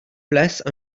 place